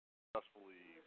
successfully